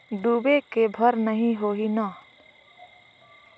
डूबे के बर नहीं होही न?